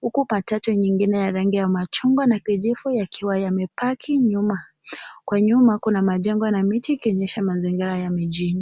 huku matatu nyingine ya rangi ya kichungwa na kijivu yakiwa yamepaki nyuma. Huko nyuma kuna majengo na miti yakionyesha mazingara ya mijini.